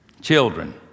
children